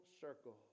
circle